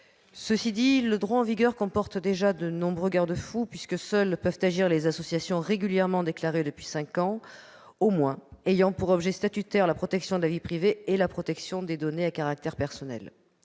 Cela dit, le droit en vigueur comporte déjà de nombreux garde-fous, puisque seules peuvent agir les associations régulièrement déclarées depuis cinq ans au moins et ayant pour objet statutaire la protection de la vie privée et la protection des données à caractère personnel,